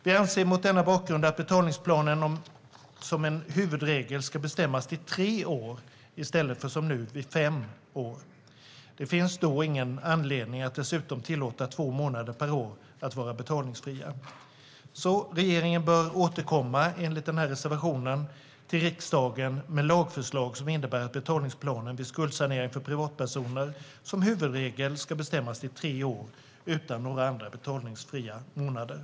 Vi anser mot denna bakgrund att betalningsplanen som en huvudregel ska bestämmas till tre år i stället för, som nu, fem år. Det finns då ingen anledning att dessutom tillåta två månader per år att vara betalningsfria. Regeringen bör därför enligt reservationen återkomma till riksdagen med lagförslag som innebär att betalningsplanen vid skuldsanering för privatpersoner som huvudregel ska bestämmas till tre år utan några betalningsfria månader.